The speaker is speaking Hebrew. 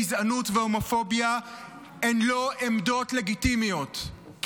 גזענות והומופוביה הן לא עמדות לגיטימיות.